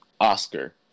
Oscar